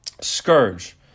scourge